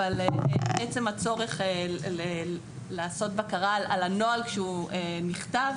אבל עצם הצורך לעשות בקרה על הנוהל כשהוא נכתב,